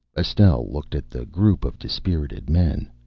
estelle looked at the group of dispirited men.